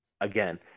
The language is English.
again